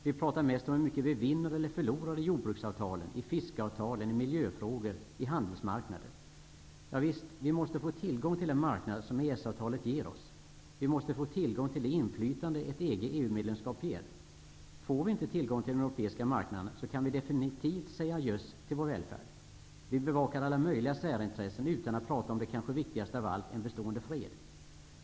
Vi pratar mest om hur mycket vi vinner eller förlorar i jordbruksavtalen, i fiskeavtalen, i miljöfrågor och på handelsmarknader. Ja visst. Vi måste få tillgång till den marknad som EES-avtalet ger oss. Vi måste få tillgång till det inflytande som ett EG/EU-medlemskap ger. Får vi inte tillgång till den europeiska marknaden kan vi definitivt säga ajöss till vår välfärd. Vi bevakar alla möjliga särintressen utan att prata om det kanske viktigaste av allt: en bestående fred.